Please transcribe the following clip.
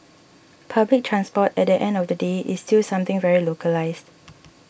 public transport at the end of the day is still something very localised